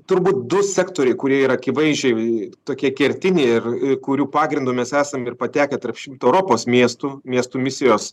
turbūt du sektoriai kurie yra akivaizdžiai tokie kertiniai ir kurių pagrindu mes esam ir patekę tarp šimto europos miestų miestų misijos